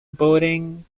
boating